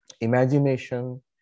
imagination